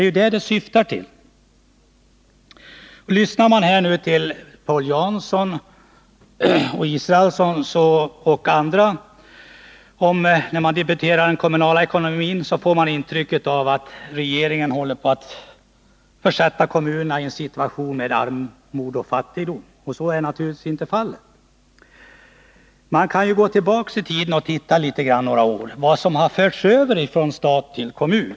Lyssnar man till Paul Jansson, Per Israelsson och andra, när de diskuterar den kommunala ekonomin, får man intryck av att regeringen håller på att försätta kommunerna i en situation där det råder armod. Så är naturligtvis inte fallet. Vi kan ju gå tillbaka några år i tiden och titta på vad som har förts över från stat till kommun.